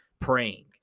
praying